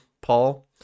paul